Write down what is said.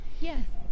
Yes